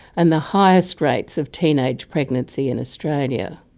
and the highest rates of teenage pregnancy in australia.